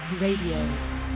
Radio